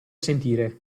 sentire